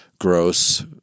gross